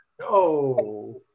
No